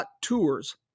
tours